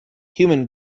human